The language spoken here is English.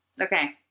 Okay